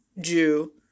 Jew